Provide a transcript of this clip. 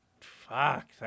fuck